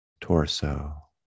torso